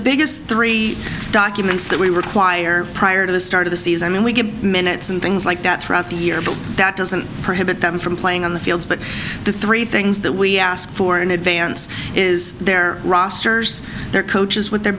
biggest three documents that we require prior to the start of the season and we get minutes and things like that throughout the year but that doesn't prohibit them from playing on the fields but the three things that we ask for in advance is their rosters their coaches with their